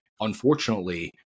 unfortunately